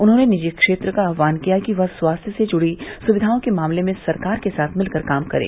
उन्होंने निजी क्षेत्र का आह्वान किया कि वह स्वास्थ्य से जुड़ी सुविघाओं के मामले में सरकार के साथ मिलकर काम करे